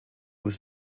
was